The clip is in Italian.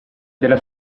della